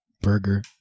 burger